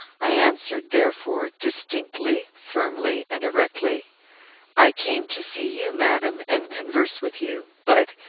i answered, therefore, distinctly, firmly, and erectly i came to see you, madam, and converse with you but,